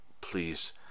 please